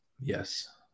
Yes